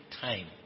time